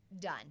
Done